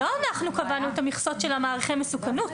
לא אנחנו קבענו את המכסות של מעריכי המסוכנות.